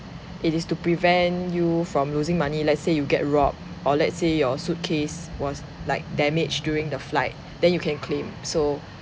it is to prevent you from losing money let's say you get robbed or let's say your suitcase was like damaged during the flight then you can claim so